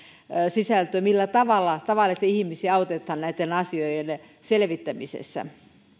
sisältöä millä tavalla tavalla tavallisia ihmisiä autetaan näitten asioiden selvittämisessä